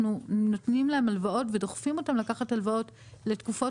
אנחנו נותנים להם הלוואות ודוחפים אותם לקחת הלוואות לתקופות